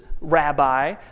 rabbi